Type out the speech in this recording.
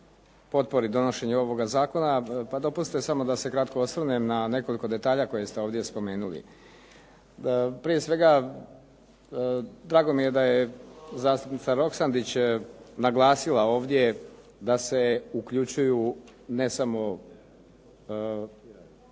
potpori donošenja ovoga zakona. Pa dopustite samo da se kratko osvrnem na nekoliko detalja koje ste ovdje spomenuli. Prije svega drago mi je da zastupnica Roksandić je naglasila ovdje da se uključuju ne samo